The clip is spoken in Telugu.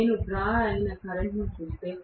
నేను డ్రా అయిన కరెంట్ చూస్తే